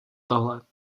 tohle